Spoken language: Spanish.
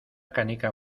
canica